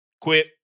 quit